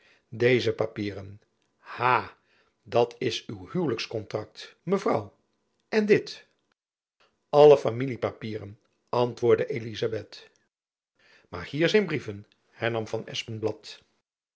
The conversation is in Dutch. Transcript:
deze papieren ha dat is uw huwlijkskontrakt mevrouw en dit alle familiepapieren antwoordde elizabeth maar hier zijn brieven hernam